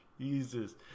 Jesus